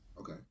Okay